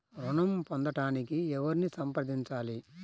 ఋణం పొందటానికి ఎవరిని సంప్రదించాలి?